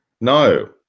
No